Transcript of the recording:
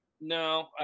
no